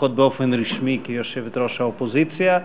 לפחות באופן רשמי כיושבת-ראש האופוזיציה.